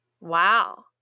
Wow